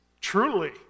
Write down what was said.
Truly